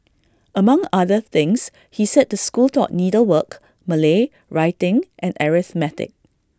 among other things he said the school taught needlework Malay writing and arithmetic